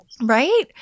Right